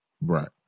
Right